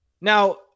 Now